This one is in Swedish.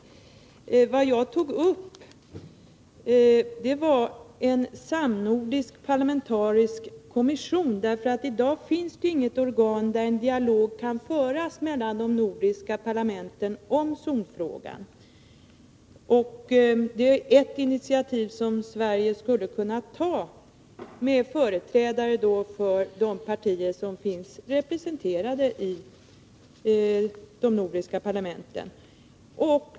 Om Sveriges age Vad jag tog upp var frågan om en samnordisk parlamentarisk kommission. rande i det inter I dag finns det inget organ där en dialog kan föras mellan de nordiska nationella nedrustparlamenten om zonfrågan. Detta är ett initiativ som Sverige skulle kunna ta — ningsarbetet med företrädare för de partier som finns representerade i de nordiska parlamenten.